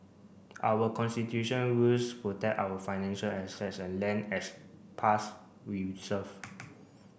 our Constitutional rules protect our financial assets and land as past reserve